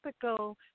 typical